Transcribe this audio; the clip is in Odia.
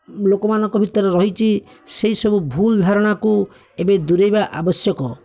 ଲୋକମାନଙ୍କ ଭିତରେ ରହିଛି ସେହି ସବୁ ଭୁଲ୍ ଧାରଣାକୁ ଏବେ ଦୂରେଇବା ଆବଶ୍ୟକ